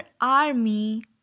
army